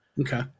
Okay